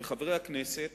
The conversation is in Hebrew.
לחברי הכנסת,